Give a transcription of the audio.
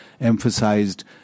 emphasized